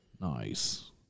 Nice